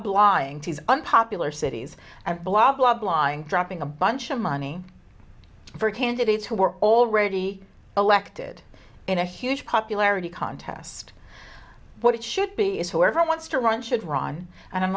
blahing unpopular cities and blah blah blah and dropping a bunch of money for candidates who were already elected in a huge popularity contest what it should be is whoever wants to run should run an